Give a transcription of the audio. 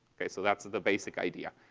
okay? so that's the basic idea.